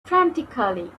frantically